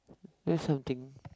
learn something